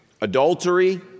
adultery